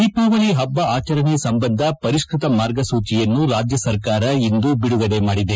ದೀಪಾವಳಿ ಹಬ್ಲದ ಆಚರಣೆ ಸಂಬಂಧವಾಗಿ ಪರಿಷ್ನತ ಮಾರ್ಗಸೂಚಿಯನ್ನು ರಾಜ್ಯ ಸರ್ಕಾರ ಇಂದು ಬಿಡುಗಡೆ ಮಾಡಿದೆ